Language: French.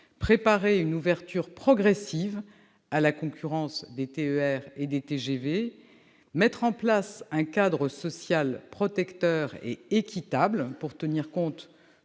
préparer une ouverture progressive à la concurrence des TER et des TGV ; mettre en place un cadre social protecteur et équitable, pour tenir compte